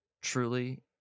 truly